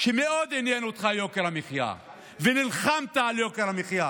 מאוד מעניין אותך יוקר המחיה ונלחמת על יוקר המחיה,